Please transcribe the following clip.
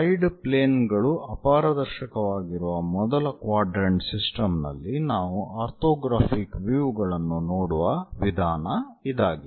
side plane ಗಳು ಅಪಾರದರ್ಶಕವಾಗಿರುವ ಮೊದಲ ಕ್ವಾಡ್ರೆಂಟ್ ಸಿಸ್ಟಮ್ ನಲ್ಲಿ ನಾವು ಆರ್ಥೋಗ್ರಾಫಿಕ್ ವ್ಯೂ ಗಳನ್ನು ನೋಡುವ ವಿಧಾನ ಇದಾಗಿದೆ